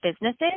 businesses